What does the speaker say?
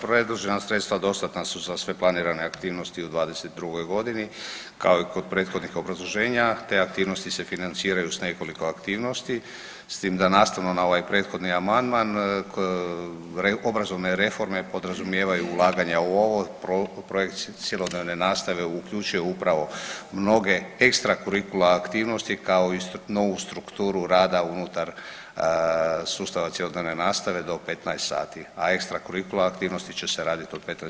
Predložena sredstva dostatna su za sve planirane aktivnosti u '22. g. kao i kod prethodnih obrazloženja te aktivnosti se financiraju s nekoliko aktivnosti s time da nastavno na ovaj prethodni amandman obrazovne reforme podrazumijevaju ulaganja u ovo projekt cjelodnevne nastave, uključuje upravo mnoge ekstra kurikula aktivnosti kao i novu strukturu rada unutar sustava cjelodnevne nastave do 15 sati, a ekstra kurikula aktivnosti će se raditi od 15 do 17.